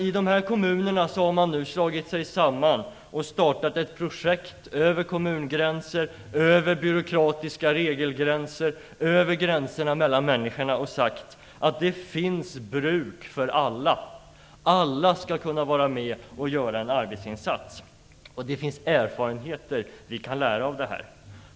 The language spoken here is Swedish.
I de här kommunerna har man nu slagit sig samman och startat ett projekt över kommungränser, över byråkratiska regelgränser, över gränser mellan människor, och sagt att det finns bruk för alla, att alla skall kunna vara med och göra en arbetsinsats. Vi kan få erfarenheter av det här.